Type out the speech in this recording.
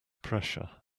pressure